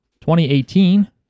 2018